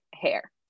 hair